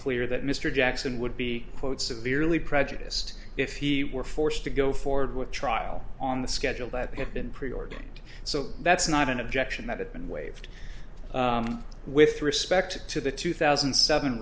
clear that mr jackson would be quote severely prejudiced if he were forced to go forward with trial on the schedule that had been preordained so that's not an objection that had been waived with respect to the two thousand and seven